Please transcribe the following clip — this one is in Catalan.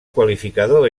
qualificador